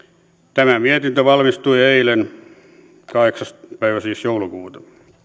tämä mietintö valmistui eilen kahdeksas päivä joulukuuta